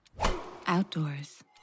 outdoors